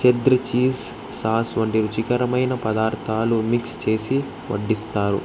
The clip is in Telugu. షెడ్దర్ చీజ్ సాస్ వంటి రుచికరమైన పదార్థాలు మిక్స్ చేసి వడ్డిస్తారు